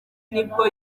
nibwo